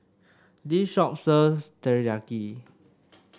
this shop sells Teriyaki